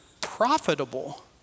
profitable